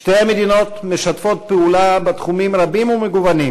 שתי המדינות משתפות פעולה בתחומים רבים ומגוונים: